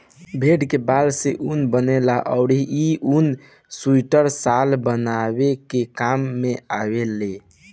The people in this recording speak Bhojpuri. भेड़ के बाल से ऊन बनेला अउरी इ ऊन सुइटर, शाल बनावे के काम में आवेला